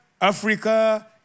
Africa